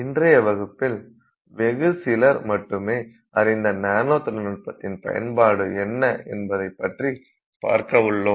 இன்றைய வகுப்பில் வெகு சிலர் மட்டுமே அறிந்த நானோ தொழில்நுட்பத்தின் பயன்பாடு என்ன என்பதை பற்றி பார்க்க உள்ளோம்